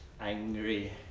angry